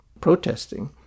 protesting